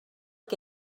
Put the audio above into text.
que